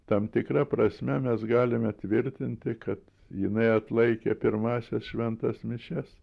tam tikra prasme mes galime tvirtinti kad jinai atlaikė pirmąsias šventas mišias